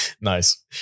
Nice